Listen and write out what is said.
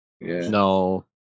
No